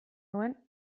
duen